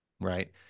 right